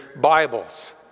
Bibles